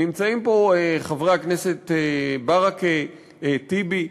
נמצאים פה חברי הכנסת ברכה, טיבי ואגבאריה,